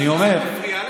אני אומר,